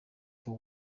for